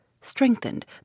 strengthened